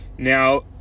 Now